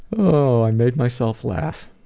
oh, i made myself laugh.